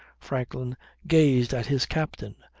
franklin gazed at his captain,